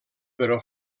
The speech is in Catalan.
però